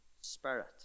Spirit